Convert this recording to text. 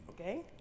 Okay